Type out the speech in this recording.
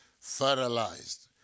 fertilized